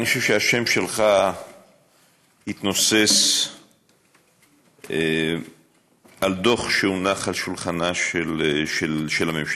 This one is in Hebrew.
אני חושב שהשם שלך התנוסס על דוח שהונח על שולחנה של הממשלה.